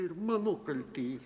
ir mano kaltė